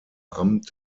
amt